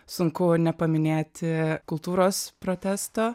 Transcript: sunku nepaminėti kultūros protesto